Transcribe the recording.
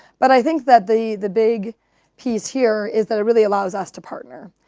but i think that the the big piece here is that it really allows us to partner.